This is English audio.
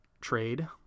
trade